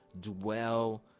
dwell